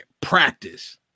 practice